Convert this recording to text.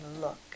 look